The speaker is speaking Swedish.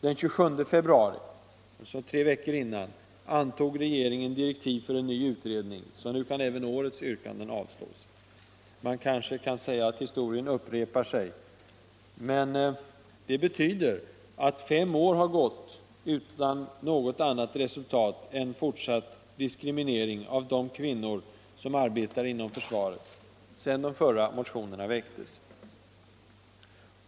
Den 27 februari, tre veckor innan, antog regeringen direktiv för en ny utredning. Så nu kan även årets yrkanden avslås. Man kanske kan säga att historien upprepar sig. Men det betyder att, sedan de tidigare nämnda motionerna väckts, fem år har gått utan något annat resultat än fortsatt diskriminering av de kvinnor som arbetar inom försvaret.